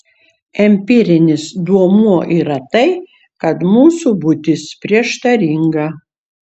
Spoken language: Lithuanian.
empirinis duomuo yra tai kad mūsų būtis prieštaringa